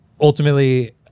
ultimately